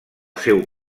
seu